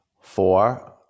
Four